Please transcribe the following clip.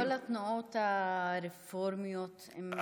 כל התנועות הרפורמיות הן,